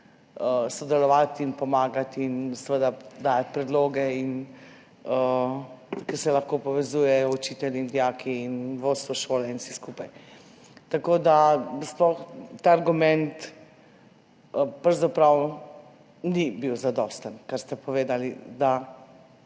sodelovati in pomagati in seveda dajati predloge. Tukaj se lahko povezujejo učitelji in dijaki in vodstvo šole in vsi skupaj. Tako da ta argument pravzaprav ni bil zadosten, kar ste povedali,